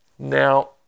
Now